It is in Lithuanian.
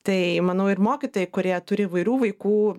tai manau ir mokytojai kurie turi įvairių vaikų